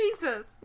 Jesus